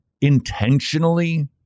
intentionally